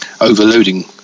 overloading